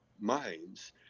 minds